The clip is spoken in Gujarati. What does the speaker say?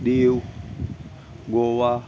દીવ ગોવા